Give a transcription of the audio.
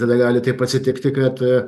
tada gali taip atsitikti kad a